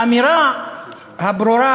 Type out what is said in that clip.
האמירה הברורה,